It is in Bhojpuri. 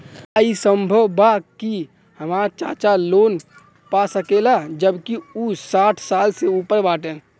का ई संभव बा कि हमार चाचा लोन पा सकेला जबकि उ साठ साल से ऊपर बाटन?